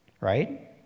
Right